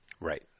right